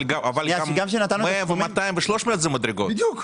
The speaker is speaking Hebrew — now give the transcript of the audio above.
אבל גם 100,000 ו-200,000 ו-300,000 שקל זה מדרגות,